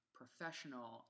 professional